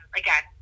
again